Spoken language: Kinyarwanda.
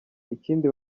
ikindi